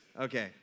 Okay